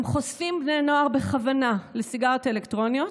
הן חושפות בני נוער בכוונה לסיגריות אלקטרוניות,